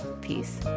Peace